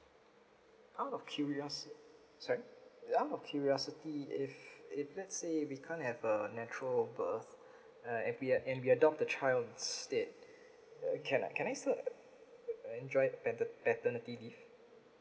out of curiosity sorry out of curiosity if if let's say we can't have a natural birth and we had and we adopt the child instead uh can I can I still like enjoy pater paternity leave